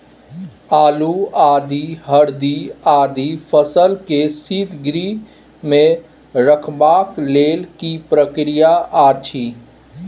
आलू, आदि, हरदी आदि फसल के शीतगृह मे रखबाक लेल की प्रक्रिया अछि?